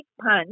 punch